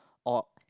or